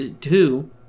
Two